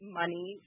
money